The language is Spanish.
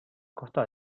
costas